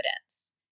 evidence